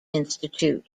institute